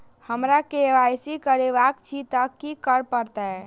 हमरा केँ Y C करेवाक अछि तऽ की करऽ पड़तै?